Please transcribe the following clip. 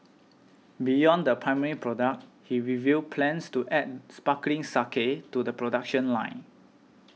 beyond the primary product he revealed plans to add sparkling to the production line